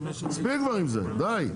מספיק כבר עם זה, די.